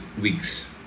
weeks